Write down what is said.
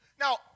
Now